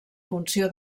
funció